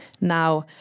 Now